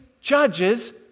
judges